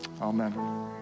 amen